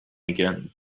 again